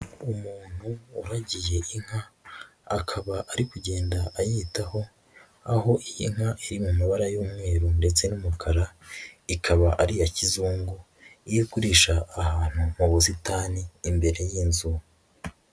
Umuntu wuhagiye inka, akaba ari kugenda ayitaho aho iyi nka iri mu mabara y'umweru ndetse n'umukara, ikaba ari iya kizungu iri kurisha ahantu mu busitani imbere y'inzu.